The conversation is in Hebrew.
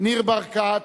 ניר ברקת,